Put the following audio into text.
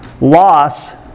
loss